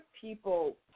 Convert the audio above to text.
people